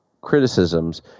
criticisms